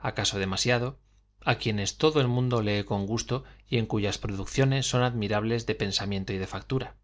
acaso demasiado á refinados quienes todo el mundo lee con gusto y cl lyas producciones son admirables de pensamiento y de factura